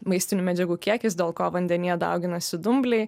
maistinių medžiagų kiekis dėl ko vandenyje dauginasi dumbliai